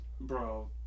Bro